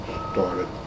started